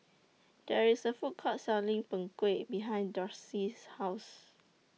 There IS A Food Court Selling Png Kueh behind Darcy's House